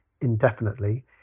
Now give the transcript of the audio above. indefinitely